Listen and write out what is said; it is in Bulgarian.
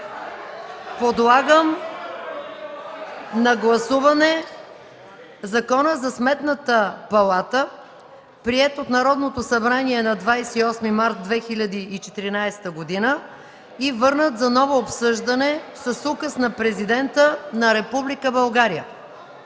Подлагам на гласуване Закона за Сметната палата, приет от Народното събрание на 28 март 2014 г. и върнат за ново обсъждане с Указ на Президента на